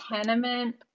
tenement